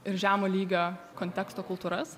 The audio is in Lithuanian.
ir žemo lygio konteksto kultūras